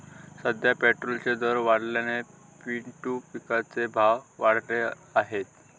सध्या पेट्रोलचे दर वाढल्याने पिंटू पिकाचे भाव वाढले आहेत